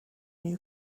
new